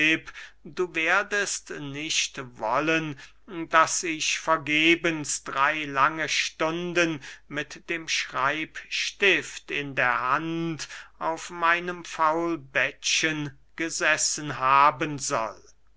du werdest nicht wollen daß ich vergebens drey lange stunden mit dem schreibstift in der hand auf meinem faulbettchen gesessen haben soll